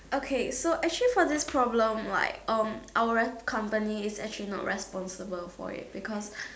okay so actually for this problem like um our re~ company is actually not responsible for it because